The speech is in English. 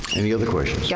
any other questions? yeah